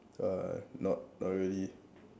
uh not not really